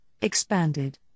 expanded